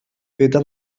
feta